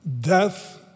death